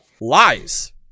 lies